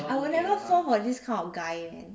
I will never fall for this kind of guy eh